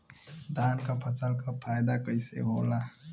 धान क फसल क फायदा कईसे होला?